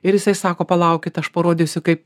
ir jisai sako palaukit aš parodysiu kaip